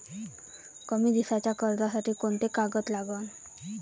कमी दिसाच्या कर्जासाठी कोंते कागद लागन?